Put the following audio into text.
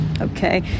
Okay